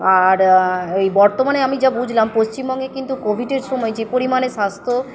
আর এই বর্তমানে আমি যা বুঝলাম পশ্চিমবঙ্গে কিন্তু কোভিডের সময় যে পরিমাণে স্বাস্থ্য